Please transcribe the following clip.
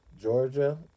Georgia